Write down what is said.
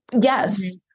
Yes